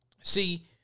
See